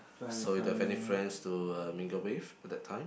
so you don't have any friends to uh mingle with at that time